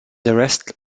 arrest